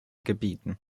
gebieten